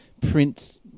prints